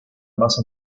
más